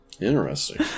interesting